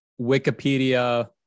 Wikipedia